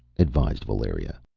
advised valeria.